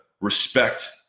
respect